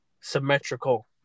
symmetrical